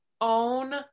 own